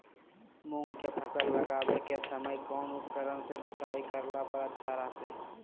मूंग के फसल लगावे के समय कौन उपकरण से जुताई करला पर अच्छा रहतय?